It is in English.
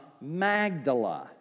Magdala